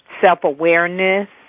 self-awareness